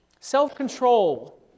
Self-control